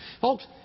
Folks